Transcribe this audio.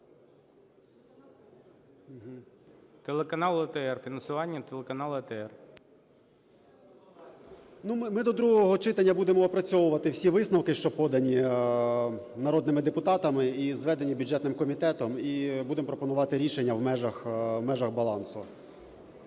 Телеканал АТR, фінансування телеканалу АТR. 14:46:29 ДЖИГИР Ю.А. Ну, ми до другого читання будемо опрацьовувати всі висновки, що подані народними депутатами і зведені бюджетним комітетом, і будемо пропонувати рішення в межах балансу.